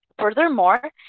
Furthermore